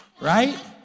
right